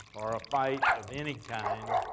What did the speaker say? or a fight of any kind,